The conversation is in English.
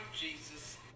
jesus